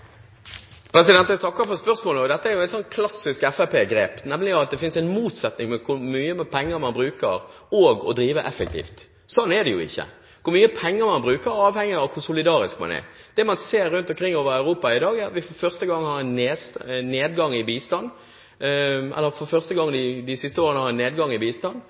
Jeg takker for spørsmålet. Dette er et klassisk fremskrittspartigrep, nemlig at det finnes en motsetning mellom hvor mye penger man bruker, og det å drive effektivt. Sånn er det jo ikke. Hvor mye penger man bruker, avhenger av hvor solidarisk man er. Det man ser rundt omkring i Europa i dag, er at vi for første gang de siste årene har en nedgang i bistanden. Det er delvis politisk drevet fram, som i Nederland, der ytterste høyre har